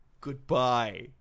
Goodbye